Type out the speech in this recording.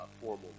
formal